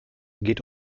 geht